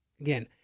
Again